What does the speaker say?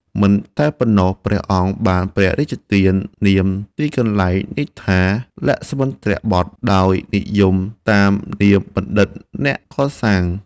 មិនតែប៉ុណ្ណោះ ព្រះអង្គបានព្រះរាជទាននាមទីកន្លែងនេះថា លក្ស្មិន្ទ្របថ ដោយនិយមតាមនាមបណ្ឌិតអ្នកកសាង ។